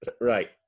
Right